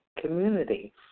community